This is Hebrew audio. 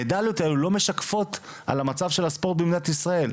המדליות האלה לא משקפות על המצב של הספורט במדינת ישראל.